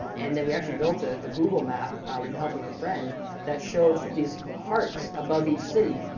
and then we actually built ah a google map with the help of a friend that showed these hearts above each city.